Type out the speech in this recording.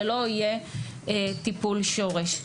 ולא יהיה טיפול שורש.